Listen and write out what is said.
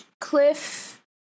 Cliff